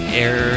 air